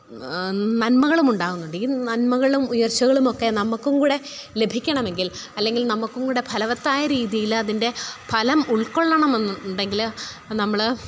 നന്മകളും ഉണ്ടാകുന്നുണ്ട് ഈ നന്മകളും ഉയർച്ചകളും ഒക്കെ നമുക്കും കൂടെ ലഭിക്കണമെങ്കിൽ അല്ലെങ്കിൽ നമുക്കും കൂടെ ഫലവത്തായ രീതിയിൽ അതിൻ്റെ ഫലം ഉൾക്കൊള്ളണമെന്നുണ്ടെങ്കിൽ നമ്മൾ